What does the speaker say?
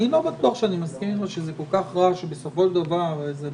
אני לא בטוח שאני מסכים עם זה שזה כל כך רע בסופו של דבר שיהיו